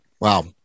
Wow